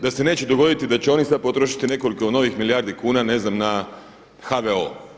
Da se neće dogoditi da će oni sada potrošiti nekoliko novih milijardi kuna na HVO.